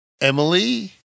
Emily